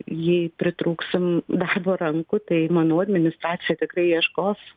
jei pritrūksim darbo rankų tai manau administracija tikrai ieškos